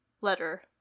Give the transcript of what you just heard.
letter